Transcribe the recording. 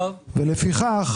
אתה אומר שאם אתה שוכר ומשכיר,